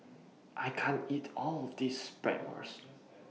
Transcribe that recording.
I can't eat All of This Bratwurst